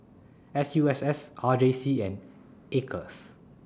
S U S S R J C and Acres